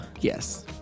Yes